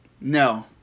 No